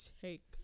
take